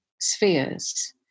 spheres